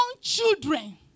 children